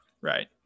right